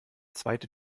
zweite